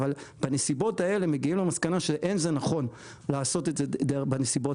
אבל בנסיבות האלה מגיעים למסקנה שאין זה נכון לעשות את זה בנסיבות